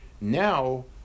now